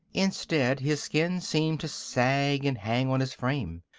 instead his skin seemed to sag and hang on his frame,